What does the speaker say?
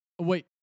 Wait